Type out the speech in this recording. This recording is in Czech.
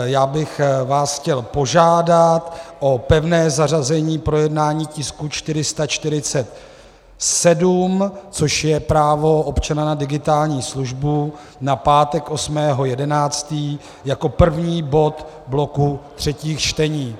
Já bych vás chtěl požádat o pevné zařazení projednání tisku 447, což je právo občana na digitální službu, na pátek 8. 11. jako první bod bloku třetích čtení.